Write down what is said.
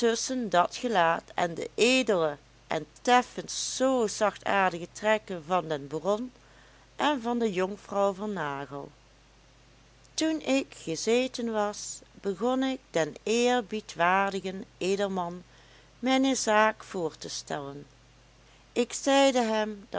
tusschen dat gelaat en de edele en teffens zoo zachtaardige trekken van den baron en van de jonkvrouw van nagel toen ik gezeten was begon ik den eerbiedwaardigen edelman mijne zaak voor te stellen ik zeide hem